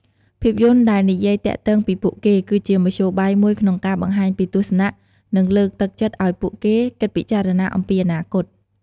ភាពយន្តដែលនិយាយទាក់ទងពីពួកគេ គឺជាមធ្យោបាយមួយក្នុងការបង្ហាញពីទស្សនៈ និងលើកទឹកចិត្តឱ្យពួកគេគិតពិចារណាអំពីអនាគត។